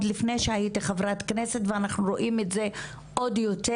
לפני שהייתי חברת הכנסת ואנחנו רואים את זה עוד יותר.